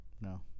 No